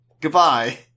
Goodbye